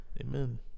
Amen